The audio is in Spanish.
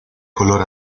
color